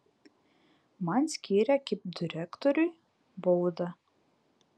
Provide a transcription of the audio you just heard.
man skyrė kaip direktoriui baudą